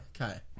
okay